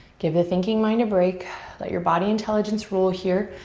give the thinking mind a break. let your body intelligence rule here.